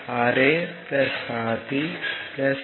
48 இப்போது 2